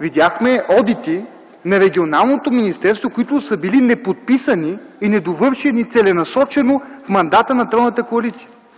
видяхме одити на Регионалното министерство, които са били неподписани и недовършени целенасочено в мандата на тройната коалиция.